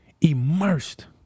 Immersed